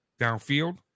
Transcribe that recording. downfield